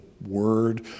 word